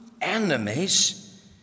enemies